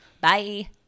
Bye